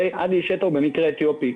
עדי אישטה במקרה אתיופי,